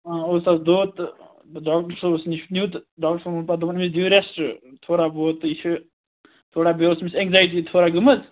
اوس سَکھ دود تہٕ ڈاکٹر صٲبس نِش نیوٗ تہٕ ڈاکٹر ووٚن پتہٕ دوٚپُن دِیو رٮ۪سٮ۪ٹ تھوڑا بہت تہٕ یہِ چھِ تھوڑا بیٚیہِ اوس أمِس اٮ۪گزایٹی تھوڑا گٔمٕژ